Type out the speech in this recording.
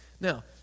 Now